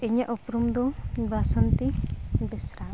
ᱤᱧᱟᱹᱜ ᱩᱯᱨᱩᱢ ᱫᱚ ᱵᱟᱥᱚᱱᱛᱤ ᱵᱮᱥᱨᱟ